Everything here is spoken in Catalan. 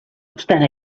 obstant